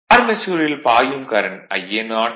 ஆர்மெச்சூரில் பாயும் current Ia0 ra 0